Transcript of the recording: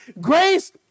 Grace